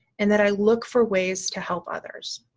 and that i look for ways to help others.